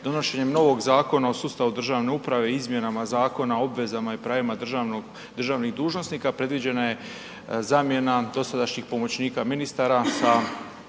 donošenjem novog Zakon o sustavu državne uprave, izmjenama Zakona o obvezama i pravima državnih dužnosnika, predviđena je zamjena dosadašnji pomoćnika ministara sa